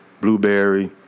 blueberry